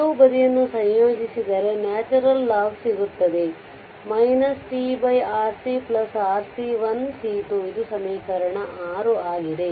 ಎರಡೂ ಬದಿಯನ್ನು ಸಂಯೋಜಿಸಿದರೆ ನ್ಯಾಚುರಲ್ log ಸಿಗುತ್ತದೆ tRC RC1 C2 ಇದು ಸಮೀಕರಣ 6 ಆಗಿದೆ